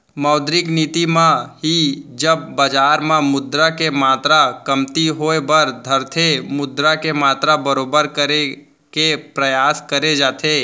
मौद्रिक नीति म ही जब बजार म मुद्रा के मातरा कमती होय बर धरथे मुद्रा के मातरा बरोबर करे के परयास करे जाथे